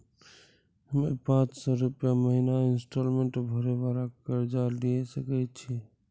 हम्मय पांच सौ रुपिया महीना इंस्टॉलमेंट भरे वाला कर्जा लिये सकय छियै?